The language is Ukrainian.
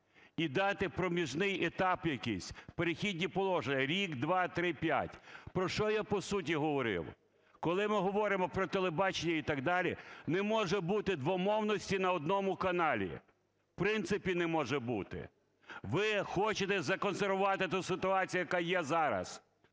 і дати проміжний етап якийсь в "Перехідні положення" – рік, два, три, п'ять, про що я по суті говорив. Коли ми говоримо про телебачення і так далі, не може бути двомовності на одному каналі. В принципі не може бути. Ви хочете законсервувати ту ситуацію, яка є зараз.